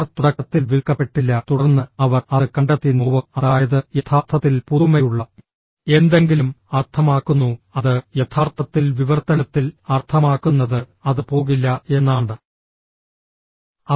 car തുടക്കത്തിൽ വിൽക്കപ്പെട്ടില്ല തുടർന്ന് അവർ അത് കണ്ടെത്തി നോവ അതായത് യഥാർത്ഥത്തിൽ പുതുമയുള്ള എന്തെങ്കിലും അർത്ഥമാക്കുന്നു അത് യഥാർത്ഥത്തിൽ വിവർത്തനത്തിൽ അർത്ഥമാക്കുന്നത് അത് പോകില്ല എന്നാണ്